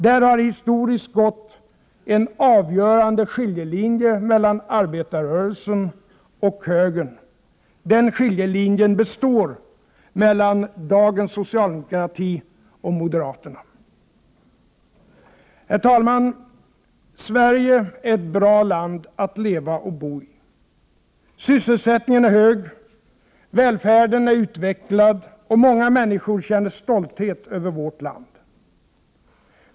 Där har det historiskt gått en avgörande skiljelinje mellan arbetarrörelsen och högern. Den skiljelinjen består mellan dagens socialdemokrati och moderaterna. Herr talaman! Sverige är ett bra land att leva och bo i. Sysselsättningen är hög, välfärden är utvecklad, och många människor känner stolthet över vårt land.